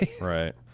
Right